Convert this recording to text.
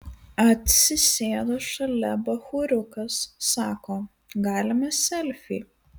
atsisėdo šalia bachūriukas sako galime selfį